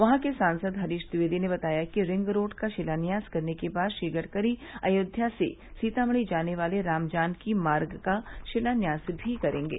वहां के सांसद हरीश द्विवेदी ने बताया कि रिंग रोड का शिलान्यास करने के बाद श्री गडकरी अयोध्या से सीतामढ़ी जाने वाले रामजानकी मार्ग का शिलान्यास भी करेंगे